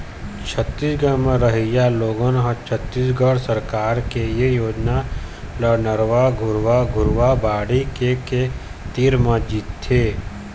छत्तीसगढ़ म रहइया लोगन ह छत्तीसगढ़ सरकार के ए योजना ल नरूवा, गरूवा, घुरूवा, बाड़ी के के तीर म जीथे